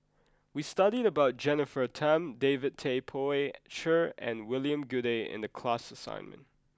we studied about Jennifer Tham David Tay Poey Cher and William Goode in the class assignment